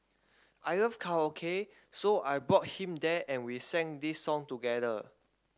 I love karaoke so I brought him there and we sang this song together